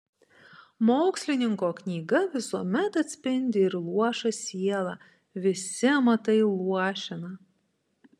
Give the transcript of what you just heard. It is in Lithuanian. mokslininko knyga visuomet atspindi ir luošą sielą visi amatai luošina